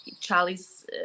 Charlie's